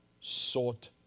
sought